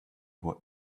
what